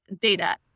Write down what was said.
data